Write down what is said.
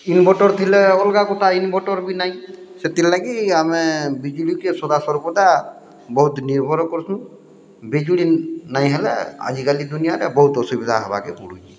inverter ଥିଲେ ଅଲଗା କଥା ଇନଭଟର୍ ବି ନାଇଁ ସେଥିର୍ ଲାଗି ଆମେ ବିଜୁଳି କି ସଦାସର୍ବଦା ବହୁତ୍ ନିର୍ଭର କରୁଛୁଁ ବିଜୁଳି ନାଇଁ ହେଲେ ଆଜିକାଲି ଦୁନିଆରେ ବହୁତ୍ ଅସୁବିଧା ହବାକେ ପଡ଼ୁଛିଁ